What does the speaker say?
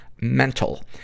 mental